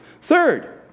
Third